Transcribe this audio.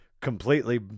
completely –